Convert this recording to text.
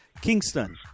Kingston